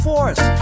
force